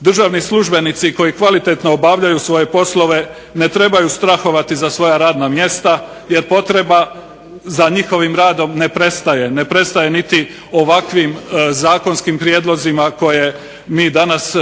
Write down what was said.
Državni službenici koji kvalitetno obavljaju svoje poslove ne trebaju strahovati za svoja radna mjesta jer potreba za njihovim radom ne prestaje, ne prestaje niti ovakvim zakonskim prijedlozima koje mi danas